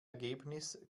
ergebnis